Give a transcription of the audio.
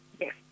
Yes